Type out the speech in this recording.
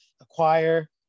acquire